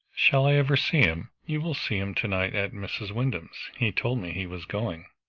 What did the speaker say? shall i ever see him? you will see him to-night at mrs. wyndham's he told me he was going.